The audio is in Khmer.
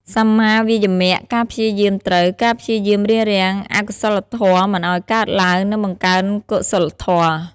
សម្មាវាយាមៈ ការព្យាយាមត្រូវ ការព្យាយាមរារាំងអកុសលធម៌មិនឲ្យកើតឡើង និងបង្កើនកុសលធម៌។